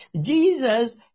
Jesus